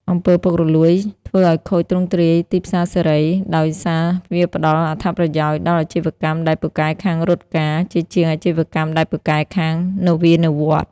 អំពើពុករលួយ ធ្វើឱ្យខូចទ្រង់ទ្រាយទីផ្សារសេរី ដោយសារវាផ្ដល់អត្ថប្រយោជន៍ដល់អាជីវកម្មដែលពូកែខាង "រត់ការ" ជាជាងអាជីវកម្មដែលពូកែខាង "នវានុវត្តន៍"។